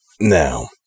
Now